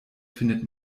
findet